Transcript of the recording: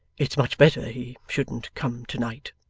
it's much better he shouldn't come to-night